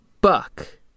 Buck